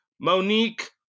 Monique